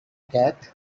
cat